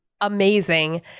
amazing